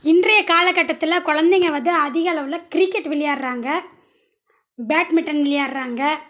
இன்றைய காலகட்டத்தில் குழந்தைங்க வந்து அதிக அளவில் கிரிக்கெட் விளையாடுகிறாங்க பேட்மிட்டன் விளையாடுகிறாங்க